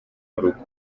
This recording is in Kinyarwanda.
rugo